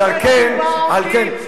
במקום שבעלי תשובה עומדים,